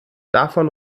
davon